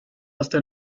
hasta